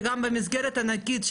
מסגרת ענקית,